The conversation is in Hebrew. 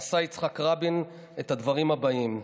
נשא יצחק רבין את הדברים הבאים: